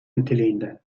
niteliğinde